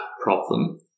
problem